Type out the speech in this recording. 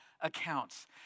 accounts